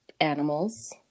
animals